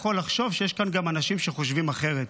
יכול לחשוב שיש כאן גם אנשים שחושבים אחרת.